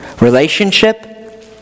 Relationship